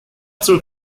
zog